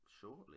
shortly